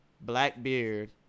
Blackbeard